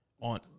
On